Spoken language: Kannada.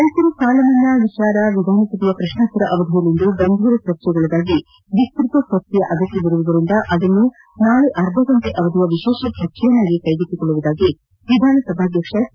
ರೈತರ ಸಾಲ ಮನ್ನಾ ವಿಷಯ ವಿಧಾನಸಭೆಯ ಪ್ರತ್ನೋತ್ತರ ಅವಧಿಯಲ್ಲಿಂದು ಗಂಭೀರ ಚರ್ಚೆಗೊಳಗಾಗಿ ವಿಸ್ತತ ಚರ್ಚೆಯ ಅಗತ್ತವಿರುವುದರಿಂದ ಅದನ್ನು ನಾಳೆ ಅರ್ಧಗಂಟೆ ಅವಧಿಯ ವಿಶೇಷ ಚರ್ಚೆಯನ್ನಾಗಿ ಕೈಗೆತ್ತಿಕೊಳ್ಳುವುದಾಗಿ ವಿಧಾನಸಭಾಧ್ಯಕ್ಷ ಕೆ